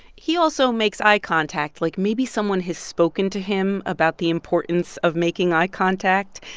he also makes eye contact like maybe someone has spoken to him about the importance of making eye contact.